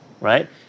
right